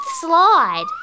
slide